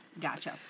Gotcha